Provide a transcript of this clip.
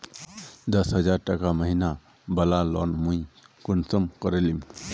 दस हजार टका महीना बला लोन मुई कुंसम करे लूम?